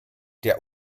der